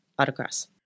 autocross